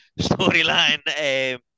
storyline